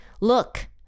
look